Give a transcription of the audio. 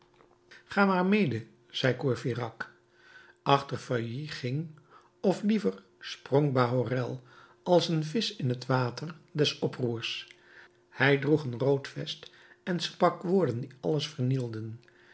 ga maar mede zei courfeyrac achter feuilly ging of liever sprong bahorel als een visch in het water des oproers hij droeg een rood vest en sprak woorden die alles vernielden